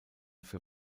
für